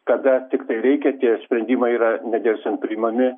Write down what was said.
kada tiktai reikia tie sprendimai yra nedelsiant priimami